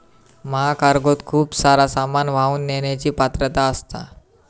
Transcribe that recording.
महाकार्गोत खूप सारा सामान वाहून नेण्याची पात्रता असता